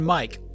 Mike